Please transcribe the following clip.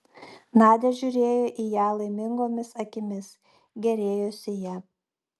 nadia žiūrėjo į ją laimingomis akimis gėrėjosi ja